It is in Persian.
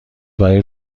برای